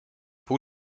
pół